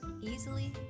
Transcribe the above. easily